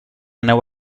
neu